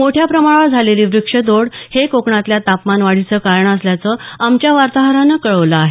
मोठ्या प्रमाणावर झालेली वृक्षतोड हे कोकणातल्या तापमान वाढीचं कारण असल्याचं आमच्या वार्ताहरानं कळवलं आहे